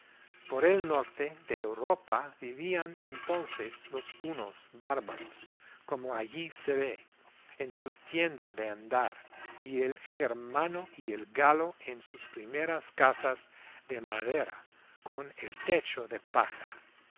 por el norte de europa vivían entonces los hunos bárbaros como allí se ve en su tienda de andar y el germano y el galo en sus primeras casas de madera con el techo de paja